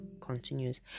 continues